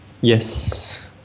Yes